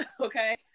okay